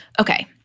Okay